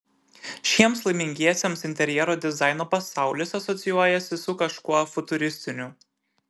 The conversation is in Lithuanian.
šiems laimingiesiems interjero dizaino pasaulis asocijuojasi su kažkuo futuristiniu